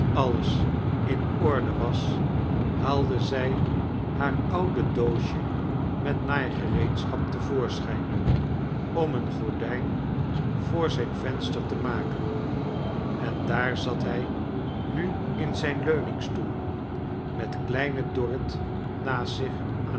alles in orde was haalde zij haar oude doosje met naaigereedschap te voorschijn om een gordijn voor zijn ve lister te maken en doar zat hij nu i in zijn leanings toe i met kleine dor rit naast zich